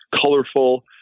colorful